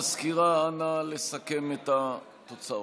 המזכירה, נא לסכם את התוצאות.